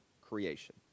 creation